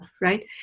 right